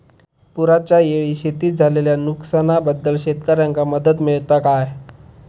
पुराच्यायेळी शेतीत झालेल्या नुकसनाबद्दल शेतकऱ्यांका मदत मिळता काय?